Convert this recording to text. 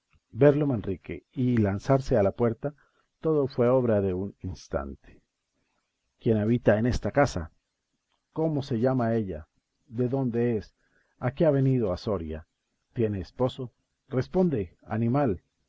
verlo manrique y lanzarse a la puerta todo fue obra de un instante quién habita en esta casa cómo se llama ella de dónde es a qué ha venido a soria tiene esposo responde animal